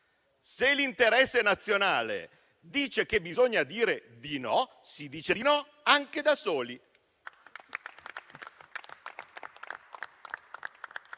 Se l'interesse nazionale dice che bisogna dire di no, si dice di no, anche da soli.